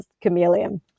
chameleon